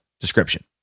description